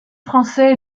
français